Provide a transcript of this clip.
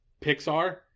Pixar